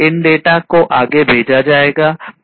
इन data को आगे भेजा जाएगा